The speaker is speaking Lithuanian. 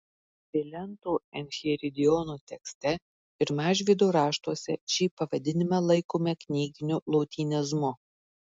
vilento enchiridiono tekste ir mažvydo raštuose šį pavadinimą laikome knyginiu lotynizmu